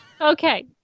Okay